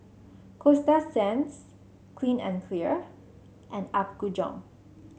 Coasta Sands Clean and Clear and Apgujeong